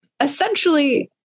essentially